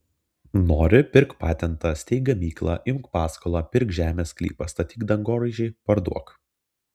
nori pirk patentą steik gamyklą imk paskolą pirk žemės sklypą statyk dangoraižį parduok